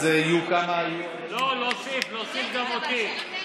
היושב-ראש, תוסיף גם אותי.